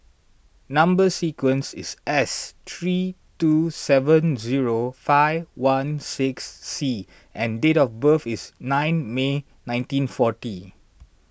Number Sequence is S three two seven zero five one six C and date of birth is nine May nineteen forty